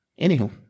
Anywho